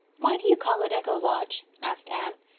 why do you call it echo lodge? asked anne.